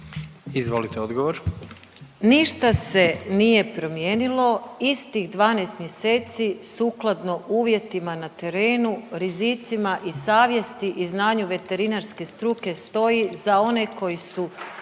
Marija (HDZ)** Ništa se nije promijenilo, istih 12 mjeseci sukladno uvjetima na terenu, rizicima i savjesti i znanju veterinarske struke stoji za one koji su